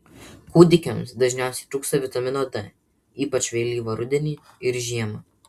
kūdikiams dažniausiai trūksta vitamino d ypač vėlyvą rudenį ir žiemą